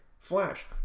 Flash